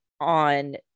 on